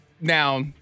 Now